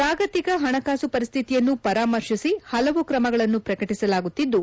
ಜಾಗತಿಕ ಹಣಕಾಸು ಪರಿಸ್ತಿತಿಯನ್ನು ಪರಾಮರ್ತಿಸಿ ಹಲವು ಕ್ರಮಗಳನ್ನು ಪ್ರಕಟಿಸಲಾಗುತ್ತಿದ್ಲು